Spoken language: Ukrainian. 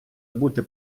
бути